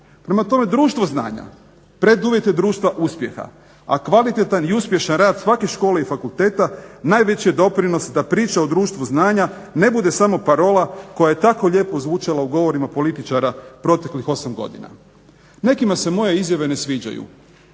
Prema tome društvo znanja preduvjet je društva uspjeha, a kvalitetan i uspješan rad svake škole i fakulteta najveći je doprinos da priča o društvu znanja ne bude samo parola koja je tako lijepo zvučala u govorima političara proteklih 8 godina. Nekima se moje izjave ne sviđaju.